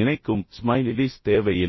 நினைக்கும் ஸ்மைலீஸ் தேவையில்லை